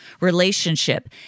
relationship